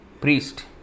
priest